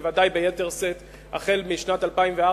בוודאי ביתר שאת החל משנת 2004,